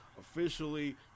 officially